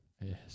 Yes